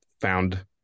found